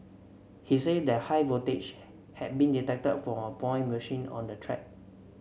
he said that high voltage had been detected from a point machine on the track